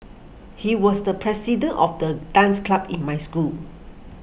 he was the president of the dance club in my school